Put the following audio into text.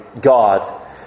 God